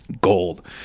gold